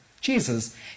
Jesus